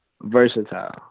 Versatile